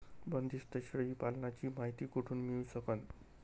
बंदीस्त शेळी पालनाची मायती कुठून मिळू सकन?